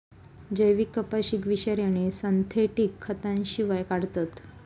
जैविक कपाशीक विषारी आणि सिंथेटिक खतांशिवाय काढतत